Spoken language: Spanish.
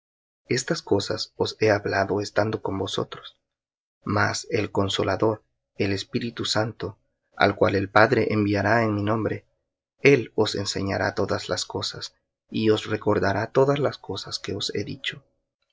estas cosas os he hablado estando con vosotros mas el consolador el espíritu santo al cual el padre enviará en mi nombre él os enseñará todas las cosas y os recordará todas las cosas que os he dicho